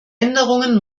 änderungen